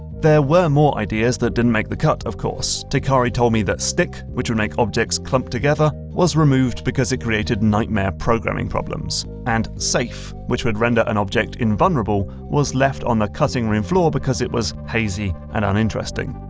there were more ideas that didn't make the cut, of course. teikari told me that stick, which would make objects clump together, was removed because it created nightmare programming problems. and safe, which would render an object invulnerable, was left on the cutting room floor because it was hazy, and uninteresting.